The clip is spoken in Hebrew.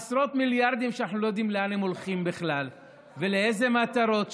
עשרות מיליארדים שאנחנו לא יודעים לאן הם הולכים בכלל ולאילו מטרות.